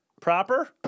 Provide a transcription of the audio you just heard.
proper